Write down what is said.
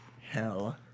Hell